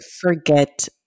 forget